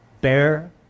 Bear